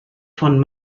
von